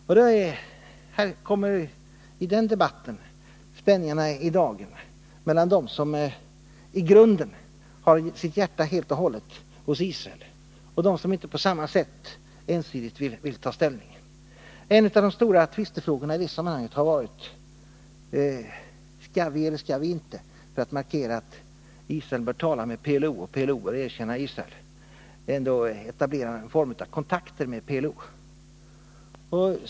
Och i den debatten kommer spänningarna i dagen mellan dem som i grunden har sitt hjärta helt och hållet hos Israel och dem som inte på samma sätt ensidigt vill ta ställning. En av de stora tvistefrågorna i det sammanhanget har varit: Skall vi eller skall vi inte — för att markera att Israel bör tala med PLO och PLO bör erkänna Israel — ändå etablera någon form av kontakt med PLO?